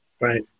Right